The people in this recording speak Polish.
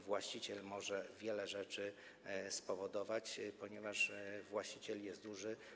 Właściciel może wiele rzeczy spowodować, ponieważ właściciel jest duży.